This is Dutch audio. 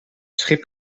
schip